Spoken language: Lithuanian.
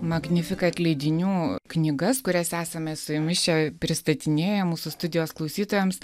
magnifikat leidinių knygas kurias esame su jumis čia pristatinėję mūsų studijos klausytojams